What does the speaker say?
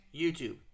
YouTube